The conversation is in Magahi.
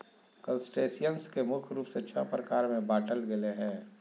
क्रस्टेशियंस के मुख्य रूप से छः प्रकार में बांटल गेले हें